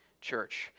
church